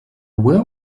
where